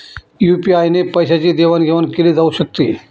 UPI ने पैशांची देवाणघेवाण केली जाऊ शकते